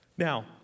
Now